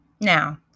Now